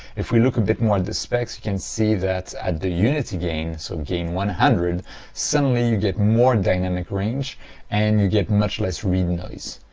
if we look a bit more at the specs you can see that at the unity gain so gain one hundred suddenly you get more dynamic range and you get much less read noise,